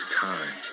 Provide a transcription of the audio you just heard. time